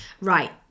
right